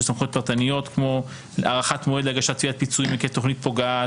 סמכויות פרטניות כמו הארכת מועד להגשת תביעת פיצויים עקב תכנית פוגעת,